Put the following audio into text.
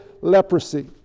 leprosy